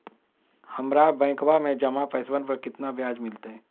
हम्मरा बैंकवा में जमा पैसवन पर कितना ब्याज मिलतय?